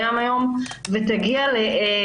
מכיוון שיש פה אירוע שנמשך אני קורא לכם,